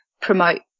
promote